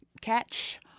catch